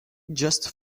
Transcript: just